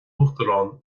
uachtarán